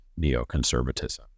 neoconservatism